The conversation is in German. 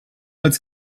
als